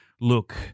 look